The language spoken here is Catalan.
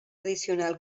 addicional